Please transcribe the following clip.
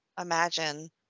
imagine